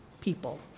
people